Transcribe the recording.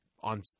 on